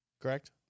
Correct